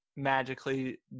magically